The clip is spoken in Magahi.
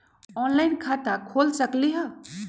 ऑनलाइन खाता खोल सकलीह?